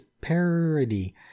parody